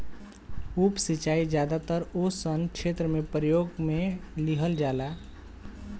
उप सिंचाई ज्यादातर ओइ सन क्षेत्र में प्रयोग में लिहल जाला